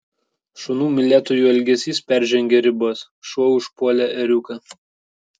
šunų mylėtojų elgesys peržengė ribas šuo užpuolė ėriuką